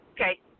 Okay